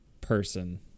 person